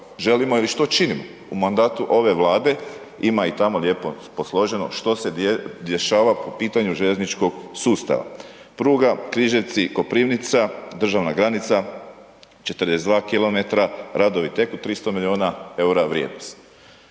želimo ili što činimo u mandatu ove Vlade, ima i tamo lijepo posloženo što se dešava po pitanju željezničkog sustava, pruga Križevci-Koprivnica, državna granica 42 km, radovi teku 300 milijuna EUR-a vrijednost.